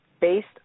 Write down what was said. based